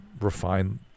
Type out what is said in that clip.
refine